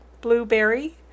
Blueberry